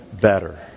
better